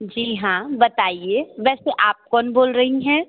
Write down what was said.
जी हाँ बताइए वैसे आप कौन बोल रही हैं